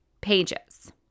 pages